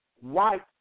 white